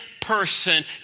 person